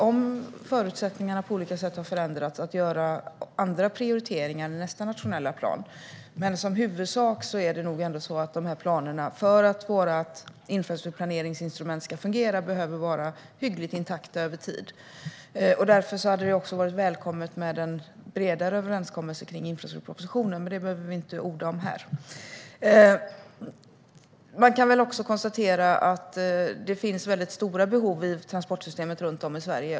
Om förutsättningarna på olika sätt har förändrats kan det finnas anledning att göra andra prioriteringar i nästa nationella plan, men för att vårt infrastrukturplaneringsinstrument ska fungera är det i huvudsak så att de här planerna behöver vara hyggligt intakta över tid. Därför hade det också varit välkommet med en bredare överenskommelse om infrastrukturpropositionen, men det behöver vi inte orda om här. Man kan väl också konstatera att det finns stora behov i transportsystemet runt om i Sverige.